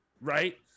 right